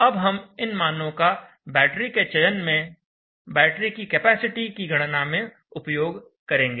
अब हम इन मानों का बैटरी के चयन में बैटरी की कैपेसिटी की गणना में उपयोग करेंगे